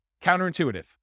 Counterintuitive